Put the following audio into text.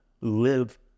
live